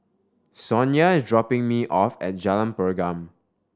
Sonya is dropping me off at Jalan Pergam